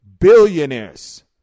billionaires